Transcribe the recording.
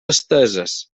esteses